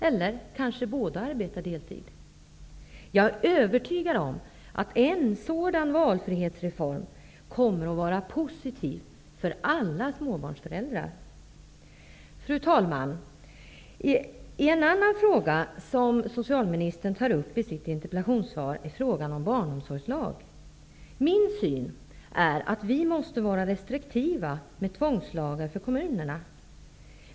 Eller också jobbar kanske båda deltid. Jag är övertygad om att en sådan valfrihetsreform kommer att vara positiv för alla småbarnsföräldrar. Fru talman! En annan fråga som socialministern tar upp i sitt interpellationssvar är frågan om en barnomsorgslag. Som jag ser saken måste vi vara restriktiva med tvångslagar för kommunerna.